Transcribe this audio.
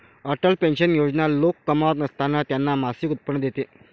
Atal pension योजना लोक कमावत नसताना त्यांना मासिक उत्पन्न देते